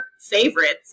favorites